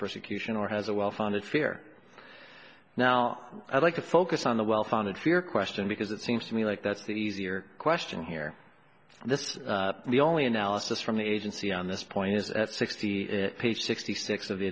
persecution or has a well founded fear now i'd like to focus on the well founded fear question because it seems to me like that's the easier question here this is the only analysis from the agency on this point is at sixty page sixty six of the